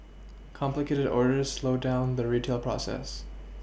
complicated orders slowed down the retail process